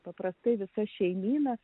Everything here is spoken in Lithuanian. paprastai visa šeimyna